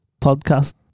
Podcast